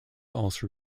also